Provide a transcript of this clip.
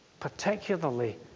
Particularly